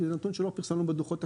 זה נתון שלא פרסמנו בדוחות הכספיים.